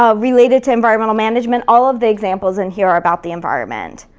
ah related to environmental management. all of the examples in here are about the environment.